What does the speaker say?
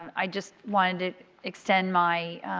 i just wanted to extend my